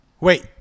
Wait